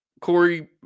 Corey